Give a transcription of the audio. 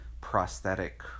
prosthetic